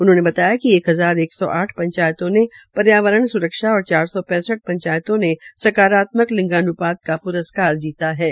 उन्होंने बताया कि एक हजार एक सौ आठ पंचायतों ने पर्यावरण सुक्षा और चार सौ पैसंठ पंचायतों ने सकारात्मक लिंगान्पात का प्रस्कार जीताहै